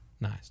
Nice